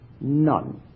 None